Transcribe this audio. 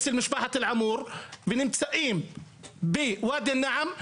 ונמצאים בעוד כפרים,